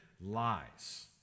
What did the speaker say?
lies